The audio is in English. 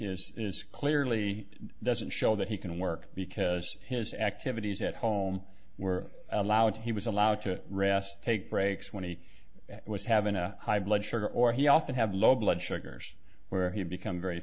is is clearly doesn't show that he can work because his activities at home were allowed he was allowed to rest take breaks when he was having a high blood sugar or he often have low blood sugars where he had become very